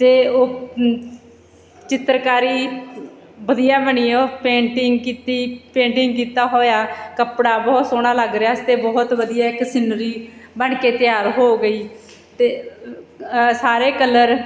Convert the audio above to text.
ਅਤੇ ਉਹ ਅ ਚਿੱਤਰਕਾਰੀ ਵਧੀਆ ਬਣੀ ਉਹ ਪੇਂਟਿੰਗ ਕੀਤੀ ਪੇਂਟਿੰਗ ਕੀਤਾ ਹੋਇਆ ਕੱਪੜਾ ਬਹੁਤ ਸੋਹਣਾ ਲੱਗ ਰਿਹਾ ਸੀ ਅਤੇ ਬਹੁਤ ਵਧੀਆ ਇੱਕ ਸੀਨਰੀ ਬਣ ਕੇ ਤਿਆਰ ਹੋ ਗਈ ਅਤੇ ਸਾਰੇ ਕਲਰ